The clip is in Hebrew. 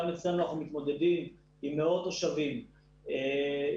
גם אצלנו אנחנו מתמודדים עם מאות תושבים שלא